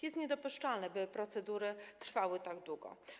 Jest niedopuszczalne, by procedury trwały tak długo.